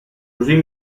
così